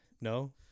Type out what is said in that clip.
No